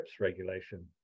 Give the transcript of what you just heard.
Regulation